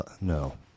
no